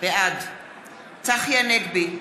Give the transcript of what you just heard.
בעד צחי הנגבי,